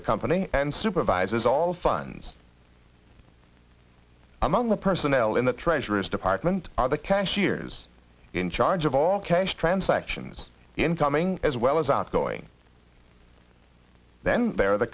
the company and supervises all funds among the personnel in the treasury department are the cashiers in charge of all cash transactions incoming as well as outgoing then there are the